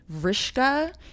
Vrishka